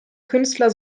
künstler